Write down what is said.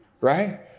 Right